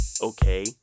okay